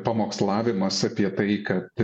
pamokslavimas apie tai kad